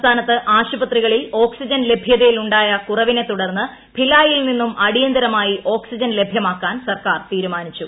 സംസ്ഥാത്ത് ആശുപത്രികളിൽ ഓക്സിജൻ ലഭ്യതയിലുണ്ടായ കുറവിനെത്തുടർന്ന് ഭിലായിൽ നിന്നും അടിയന്തരമായി ഓക്സിജൻ ലഭ്യമാക്കാൻ സർക്കാർ തീരുമാനിച്ചു